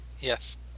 Yes